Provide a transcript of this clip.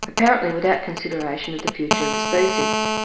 apparently without consideration of the future of the species.